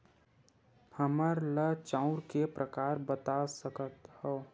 हमन ला चांउर के प्रकार बता सकत हव?